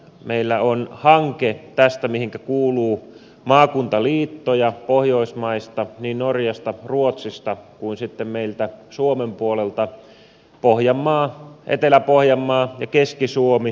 meillä on tästä hanke mihinkä kuuluu maakunnan liittoja pohjoismaista niin norjasta ruotsista kuin sitten meiltä suomen puolelta pohjanmaa etelä pohjanmaa ja keski suomi muun muassa